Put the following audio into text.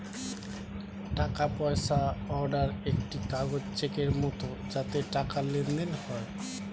টাকা পয়সা অর্ডার একটি কাগজ চেকের মত যাতে টাকার লেনদেন হয়